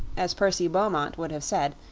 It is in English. as percy beaumont would have said,